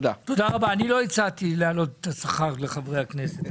אני לא הצעתי להעלות את השכר לחברי הכנסת,